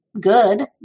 good